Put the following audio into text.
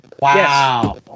Wow